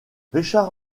richard